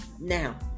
Now